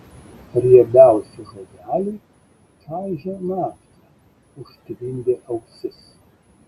riebiausi žodeliai čaižė naktį užtvindė ausis